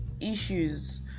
issues